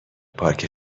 پارک